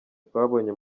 twabonye